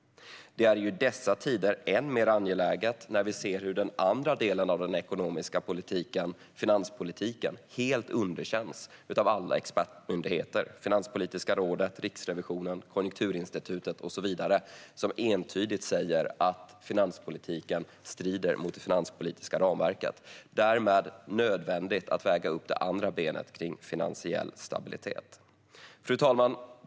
Det är i dessa tider än mer angeläget när vi ser hur den andra delen av den ekonomiska politiken, finanspolitiken, helt underkänns av alla expertmyndigheter - Finanspolitiska rådet, Riksrevisionen, Konjunkturinstitutet och så vidare - vilka entydigt säger att finanspolitiken strider mot det finanspolitiska ramverket. Därmed är det nödvändigt att väga upp det andra benet kring finansiell stabilitet. Fru talman!